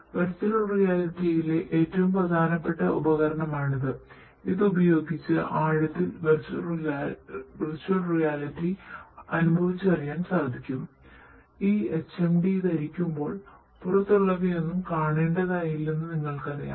virtual റിയാലിറ്റിയിലെ ധരിക്കുമ്പോൾ പുറത്തുള്ളവയൊന്നും കാണേണ്ടതായില്ലെന്ന് നിങ്ങൾക്കറിയാം